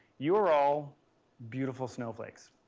you are all beautiful snowflakes.